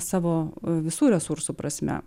savo visų resursų prasme